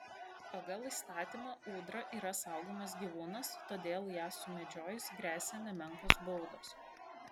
pagal įstatymą ūdra yra saugomas gyvūnas todėl ją sumedžiojus gresia nemenkos baudos